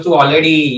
already